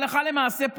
הלכה למעשה,